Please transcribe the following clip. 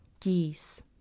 Geese